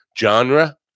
genre